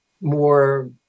more